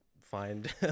find